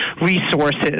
resources